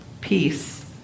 peace